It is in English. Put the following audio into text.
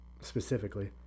specifically